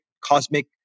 cosmic